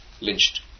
lynched